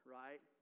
right